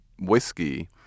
whiskey